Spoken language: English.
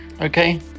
Okay